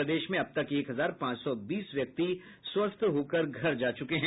प्रदेश में अब तक एक हजार पांच सौ बीस व्यक्ति स्वस्थ होकर घर जा चुके हैं